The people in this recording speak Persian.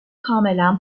کاملا